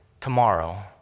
tomorrow